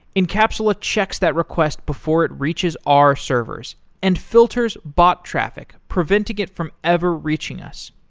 encapsula checks that request before it reaches our servers and filters bot traffic preventing it from ever reaching us.